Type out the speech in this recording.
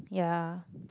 ya